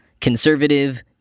conservative